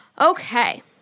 Okay